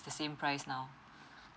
the same price now